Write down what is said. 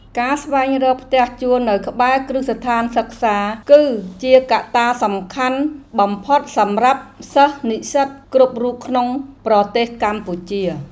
ការស្វែងរកផ្ទះជួលនៅក្បែរគ្រឹះស្ថានសិក្សា គឺជាកត្តាសំខាន់បំផុតសម្រាប់សិស្សនិស្សិតគ្រប់រូបក្នុងប្រទេសកម្ពុជា។